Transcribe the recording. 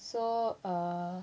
so err